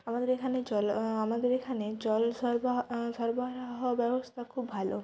আমাদের এখানে জল আমাদের এখানে জল সরবাহা সরবরাহ ব্যবস্থা খুব ভালো